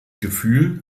gefühl